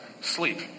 sleep